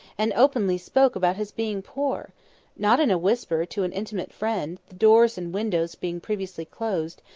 and openly spoke about his being poor not in a whisper to an intimate friend, the doors and windows being previously closed,